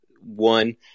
one